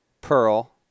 Pearl